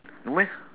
no meh